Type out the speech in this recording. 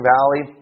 Valley